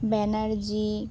Banerjee